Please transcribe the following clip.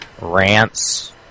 rants